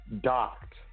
docked